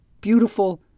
beautiful